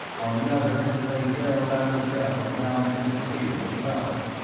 on the other lay dell after dell down into the cradle of the valley.